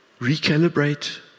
Recalibrate